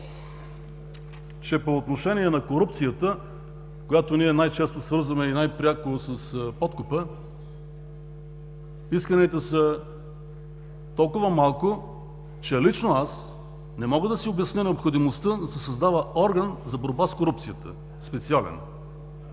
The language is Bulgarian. че по отношение на корупцията, която ние най-често свързваме и пряко с подкупа, исканията са толкова малко, че лично аз не мога да си обясня необходимостта да се създава орган за борба с корупцията, специален.